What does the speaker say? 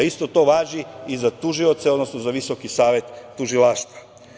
Isto to važi i za tužioce, odnosno za Visoki savet tužilaštva.